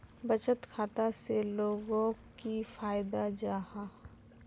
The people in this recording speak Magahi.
बचत खाता से लोगोक की फायदा जाहा?